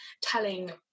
telling